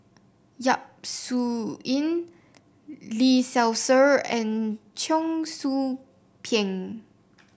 Yap Su Yin Lee Seow Ser and Cheong Soo Pieng